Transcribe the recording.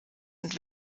und